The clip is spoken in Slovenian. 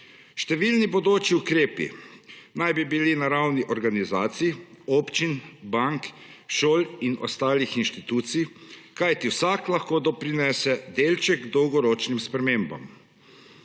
Številni prihodnji ukrepi naj bi bili na ravni organizacij, občin, bank, šol in ostalih inštitucij, kajti vsak lahko doprinese delček k dolgoročnim spremembam.